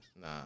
Nah